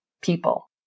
people